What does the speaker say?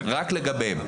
רק לגביהם.